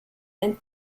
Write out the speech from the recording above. ein